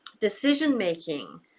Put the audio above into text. decision-making